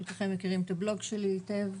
חלקכם מכירים את הבלוג שלי היטב.